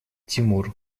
тимур